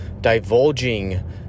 divulging